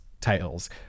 tales